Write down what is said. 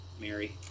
Mary